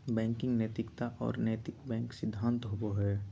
banking नैतिकता और नैतिक बैंक सिद्धांत होबो हइ